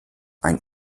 ein